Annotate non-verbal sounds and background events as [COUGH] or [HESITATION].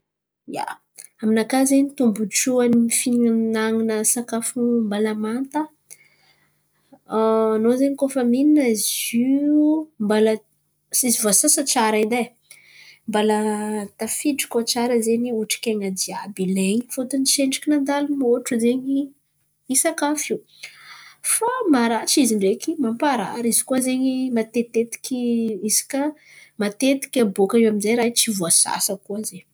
ia, aminakà zen̈y tombontsoa ny fihinan̈ana sakafo mbala manta [HESITATION] an̈ao zen̈y kôa fa mihinà izy io, izy voasasa tsara edy ai mbala tafiditra tsara zen̈y otrikaina jiàby ilaina fôton̈y tsendriky nandalo môtro zen̈y sakafo io. Fa maharatsy izy ndraiky mamparary izy koa zen̈y matetitetiky izy kà matetiky tsy voasasa koa raha io zen̈y.